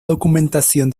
documentación